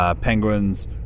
Penguins